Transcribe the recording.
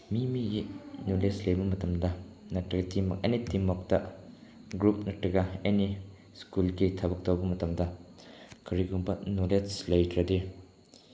ꯃꯤ ꯃꯤꯒꯤ ꯅꯣꯂꯦꯖ ꯂꯩꯕ ꯃꯇꯝꯗ ꯅꯠꯇꯔꯒ ꯇꯤꯝ ꯑꯦꯅꯤ ꯇꯤꯝ ꯋꯥꯔꯛꯇ ꯒ꯭꯭ꯔꯨꯞ ꯅꯠꯇꯔꯒ ꯑꯦꯅꯤ ꯁꯀ꯭ꯨꯜꯒꯤ ꯊꯕꯛ ꯇꯧꯕ ꯃꯇꯝꯗ ꯀꯔꯤꯒꯨꯝꯕ ꯅꯣꯂꯦꯖ ꯂꯩꯇ꯭ꯔꯗꯤ